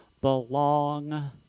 belong